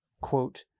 Quote